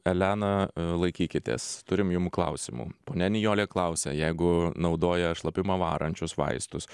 elena laikykitės turim jum klausimų ponia nijolė klausia jeigu naudoja šlapimą varančius vaistus